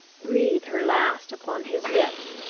breathe her last upon his lips,